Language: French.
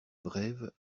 brèves